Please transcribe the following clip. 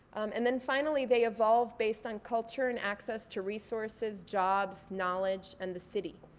and then finally, they evolve based on culture and access to resources, jobs, knowledge, and the city.